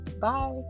Bye